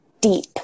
deep